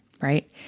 right